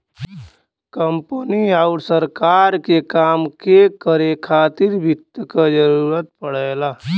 company आउर सरकार के काम के करे खातिर वित्त क जरूरत पड़ला